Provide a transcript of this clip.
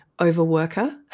overworker